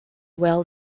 well